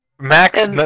Max